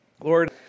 Lord